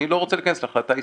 אני לא רוצה להכנס להחלטה עסקית.